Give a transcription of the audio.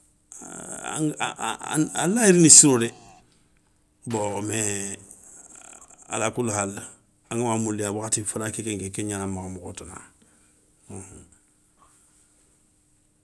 a layi rini siro dé, bon mais alakoulihal angama mouli wakhati fana kekenke ké gnana makha mokho tana, bon.